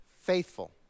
Faithful